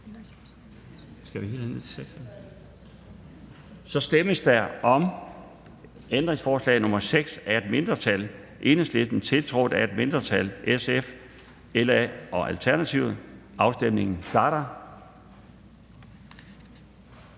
Der stemmes om ændringsforslag nr. 6 af et mindretal (EL), tiltrådt af et mindretal (SF, LA og ALT). Afstemningen starter.